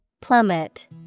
plummet